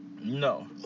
No